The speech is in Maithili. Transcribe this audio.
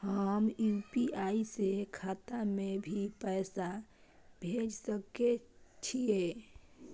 हम यु.पी.आई से खाता में भी पैसा भेज सके छियै?